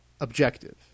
objective